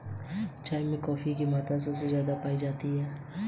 विपणन प्रबंधन क्या है इसकी उपयोगिता समझाइए?